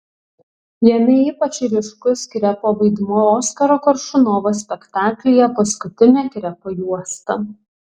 jame ypač ryškus krepo vaidmuo oskaro koršunovo spektaklyje paskutinė krepo juosta